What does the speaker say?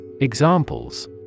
Examples